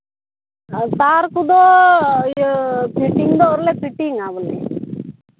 ᱥᱟᱨ ᱠᱚᱫᱚ ᱤᱭᱟᱹ ᱯᱷᱤᱴᱤᱝ ᱫᱚ ᱟᱹᱣᱨᱤ ᱞᱮ ᱯᱷᱤᱴᱤᱝᱟ ᱵᱚᱞᱮ